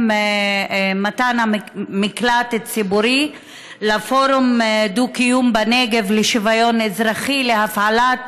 מתן מקלט ציבורי לפורום דו-קיום בנגב לשוויון אזרחי להפעלת